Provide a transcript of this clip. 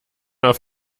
auf